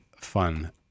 fun